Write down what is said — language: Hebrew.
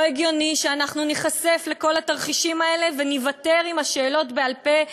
לא הגיוני שאנחנו ניחשף לכל התרחישים האלה וניוותר עם השאלות בעל-פה,